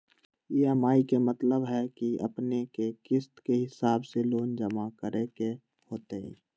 EMI के मतलब है कि अपने के किस्त के हिसाब से लोन जमा करे के होतेई?